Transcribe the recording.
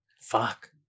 Fuck